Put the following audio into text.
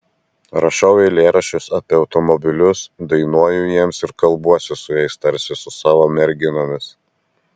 rašau eilėraščius apie automobilius dainuoju jiems ir kalbuosi su jais tarsi su savo merginomis